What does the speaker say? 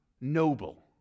noble